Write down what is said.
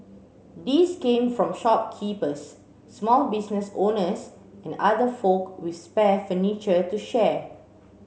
these came from shopkeepers small business owners and other folk with spare furniture to share